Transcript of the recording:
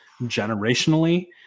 generationally